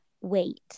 wait